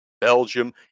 Belgium